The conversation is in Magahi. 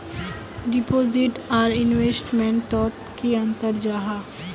डिपोजिट आर इन्वेस्टमेंट तोत की अंतर जाहा?